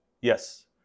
Yes